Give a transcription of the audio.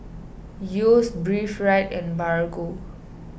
Yeo's Breathe Right and Bargo